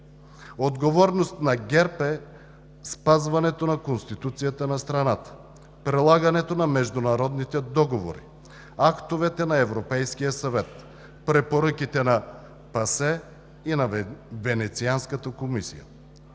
Отговорност на ГЕРБ е спазването на Конституцията на страната, прилагането на международните договори, актовете на Европейския съвет, препоръките на ПАСЕ и на Венецианската комисия.